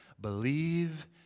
believe